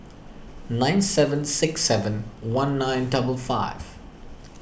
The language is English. nine seven six seven one nine double five